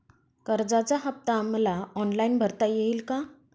कर्जाचा हफ्ता मला ऑनलाईन भरता येईल का?